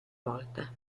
volta